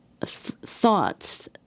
thoughts